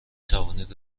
توانید